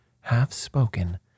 half-spoken